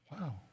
Wow